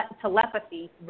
telepathy